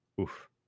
Oof